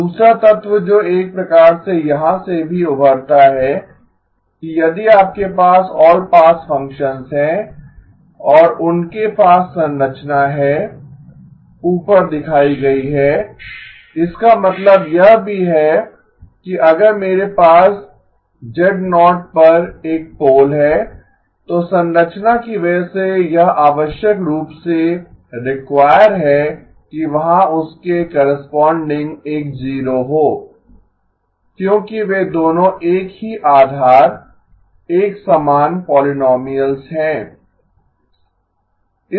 दूसरा तत्व जो एक प्रकार से यहां से भी उभरता है कि यदि आपके पास ऑल पास फ़ंक्शंस हैं और उनके पास संरचना है ऊपर दिखाई गई है इसका मतलब यह भी है कि अगर मेरे पास z0 पर एक पोल है तो संरचना की वजह से यह आवश्यक रूप से रीक्वायर है कि वहाँ उसके करेस्पोंडिंग एक जीरो हो क्योंकि वे दोनों एक ही आधार एक समान पोलीनोमीअल्स हैं